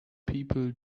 people